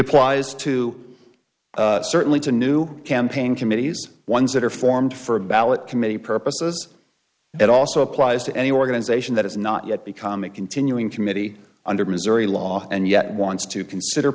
applies to certainly to new campaign committees ones that are formed for a ballot committee purposes that also applies to any organization that has not yet become a continuing committee under missouri law and yet wants to